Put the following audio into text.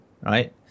right